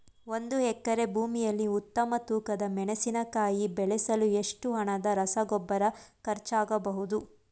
ಒಂದು ಎಕರೆ ಭೂಮಿಯಲ್ಲಿ ಉತ್ತಮ ತೂಕದ ಮೆಣಸಿನಕಾಯಿ ಬೆಳೆಸಲು ಎಷ್ಟು ಹಣದ ರಸಗೊಬ್ಬರ ಖರ್ಚಾಗಬಹುದು?